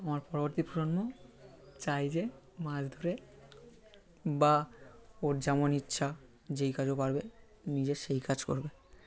আমার পরবর্তী প্রজন্ম চায় যে মাছ ধরে বা ওর যেমন ইচ্ছা যেই কাজ ও পারবে নিজে সেই কাজ করবে